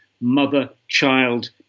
mother-child